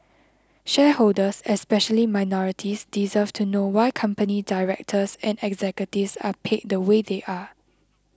shareholders especially minorities deserve to know why company directors and executives are paid the way they are